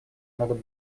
могут